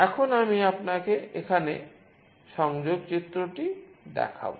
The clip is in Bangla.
এখন আমি আপনাকে এখানে সংযোগ চিত্রটি দেখাব